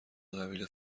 قبیله